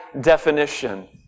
definition